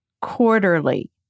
quarterly